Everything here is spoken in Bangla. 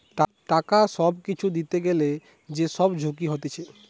টাকা কিছু দিতে গ্যালে যে সব ঝুঁকি হতিছে